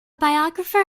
biographer